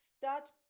start